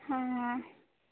ହଁ